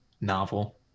novel